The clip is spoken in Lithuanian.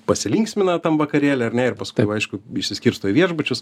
pasilinksmina tam vakarėly ar ne ir paskui aišku išsiskirsto į viešbučius